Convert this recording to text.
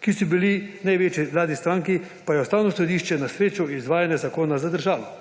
ki so bili zvesti največji vladni stranki, pa je Ustavno sodišče na srečo izvajanje zakona zadržalo.